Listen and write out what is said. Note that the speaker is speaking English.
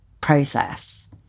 process